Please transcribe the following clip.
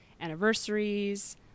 anniversaries